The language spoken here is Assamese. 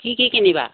কি কি কিনিবা